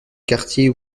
quartier